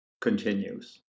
continues